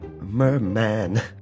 Merman